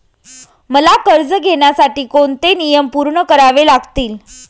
मला कर्ज घेण्यासाठी कोणते नियम पूर्ण करावे लागतील?